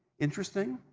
interesting,